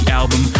album